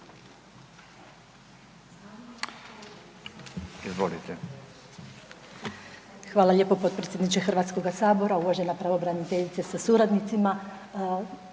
Hvala lijepo potpredsjedniče Hrvatskoga sabora. Uvažena pravobraniteljice sa suradnicima,